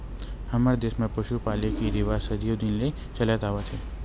हमर देस म पसु पाले के रिवाज सदियो दिन ले चलत आवत हे